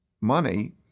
money